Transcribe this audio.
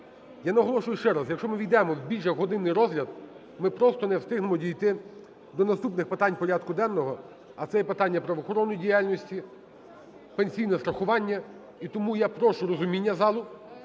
Я наголошую ще раз, якщо ми ввійдемо в більш як годинний розгляд, ми просто не встигнемо дійти до наступних питань порядку денного, а це є питання правоохоронної діяльності, пенсійне страхування. І тому я прошу розуміння залу